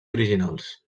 originals